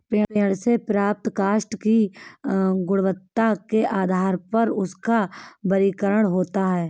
पेड़ से प्राप्त काष्ठ की गुणवत्ता के आधार पर उसका वर्गीकरण होता है